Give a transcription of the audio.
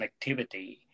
connectivity